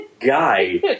guy